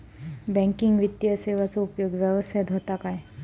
Banking वित्तीय सेवाचो उपयोग व्यवसायात होता काय?